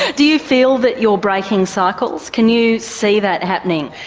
ah do you feel that you're breaking cycles, can you see that happening?